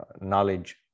knowledge